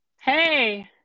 Hey